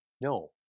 no